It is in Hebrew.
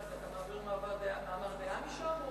מה זה, אתה מעביר מאמר דעה משם?